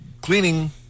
cleaning